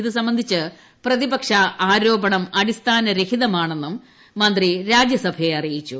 ഇത് സംബന്ധിച്ച് പ്രതിപക്ഷ ആരോപണം അടിസ്ഥാന രഹിതമാണെന്നും മന്ത്രി രാജ്യസഭയെ അറിയിച്ചു